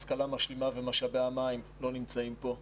השכלה משלימה ומשאבי המים לא נמצאים פה.